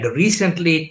recently